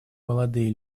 молодые